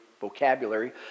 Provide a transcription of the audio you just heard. vocabulary